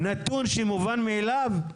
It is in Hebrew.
נתון שמובן מאליו?